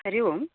Hari Om